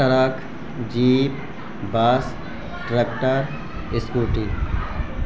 truck jeep bus tractor scooty